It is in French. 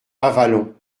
avallon